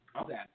Okay